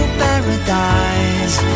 paradise